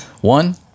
One